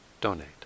donate